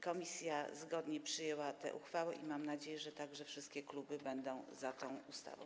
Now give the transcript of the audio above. Komisja zgodnie przyjęła tę uchwałę i mam nadzieję, że także wszystkie kluby będą za tą uchwałą.